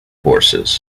horses